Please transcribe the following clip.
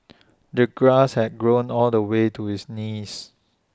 the grass had grown all the way to his knees